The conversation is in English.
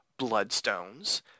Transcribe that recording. bloodstones